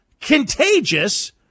contagious